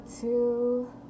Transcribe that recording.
two